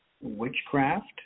witchcraft